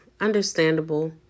Understandable